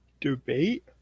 Debate